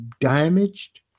damaged